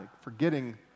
forgetting